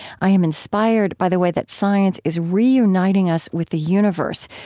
i am inspired by the way that science is reuniting us with the universe,